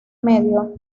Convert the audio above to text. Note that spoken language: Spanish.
medio